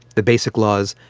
the basic laws,